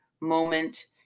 moment